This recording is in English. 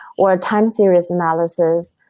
or time series analysis,